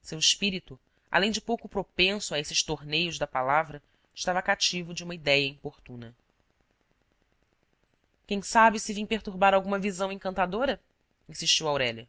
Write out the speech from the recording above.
seu espírito além de pouco propenso a esses torneios da palavra estava cativo de uma idéia importuna quem sabe se vim perturbar alguma visão encantadora insistiu aurélia